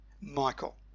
Michael